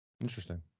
Interesting